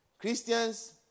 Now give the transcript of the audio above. Christians